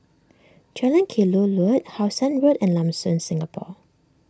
Jalan Kelulut How Sun Road and Lam Soon Singapore